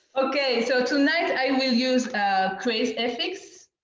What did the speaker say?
okay, so tonight i will use kraze fx.